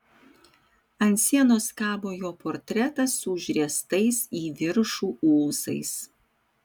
ant sienos kabo jo portretas su užriestais į viršų ūsais